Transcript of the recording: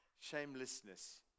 shamelessness